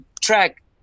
track